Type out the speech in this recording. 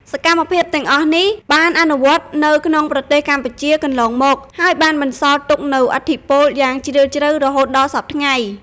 សកម្មភាពទាំងអស់នេះ បានអនុវត្តនៅក្នុងប្រទេសកម្ពុជាកន្លងមក ហើយបានបន្សល់ទុកនូវឥទ្ធិពលយ៉ាងជ្រាលជ្រៅរហូតដល់សព្វថ្ងៃ។